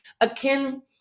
akin